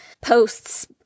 posts